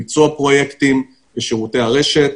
ביצוע פרויקטים ושירותי הרשת.